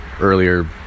earlier